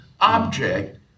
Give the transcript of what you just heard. object